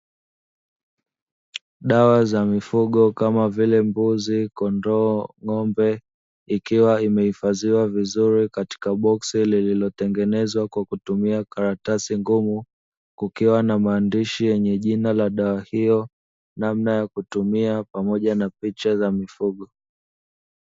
Dawa za mifugo kama vile mbuzi, kondoo, ngómbe ikiwa imehifadhiwa vizuri katika boksi, lililotengenezwa kwa kutumia karatasi ngumu, kukiwa na maandishi yenye jina ya dawa hiyo namna ya kutumia pamoja na picha za mifugo.